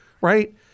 right